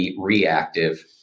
reactive